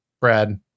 Brad